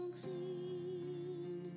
clean